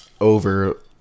over